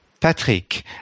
Patrick